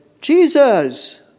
Jesus